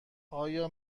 آیا